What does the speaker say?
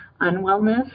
unwellness